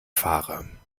fahrer